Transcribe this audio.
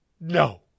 No